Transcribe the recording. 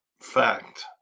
fact